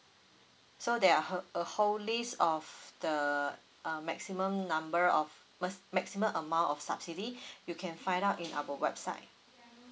so there are her~ a whole list of the uh maximum number of max~ maximum amount of subsidy you can find out in our website